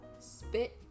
Spit